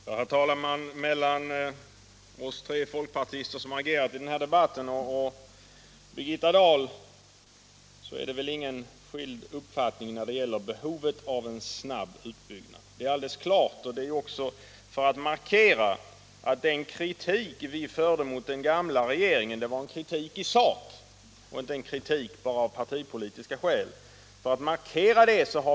Herr talman! Det finns väl ingen skild uppfattning mellan oss tre folkpartister som deltagit i den här debatten och Birgitta Dahl när det gäller behovet av en snabb utbyggnad. Genom att delta i den här debatten har vi velat markera att den kritik vi förde mot den gamla regeringen var en kritik i sak och inte en kritik av partipolitiska skäl.